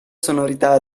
sonorità